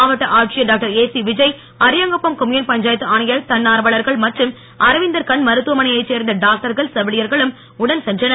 மாவட்ட ஆட்சியர் doctor A C Vijay Ariyankuppam commune panchayat ஆணையர் தன்னார்வலர்கள் மற்றும் அரவிந்தர் கண் மருத்துவமனையைச் சேர்ந்த டாக்டர்கள் செவிலியர்களும் உடன் சென்றனர்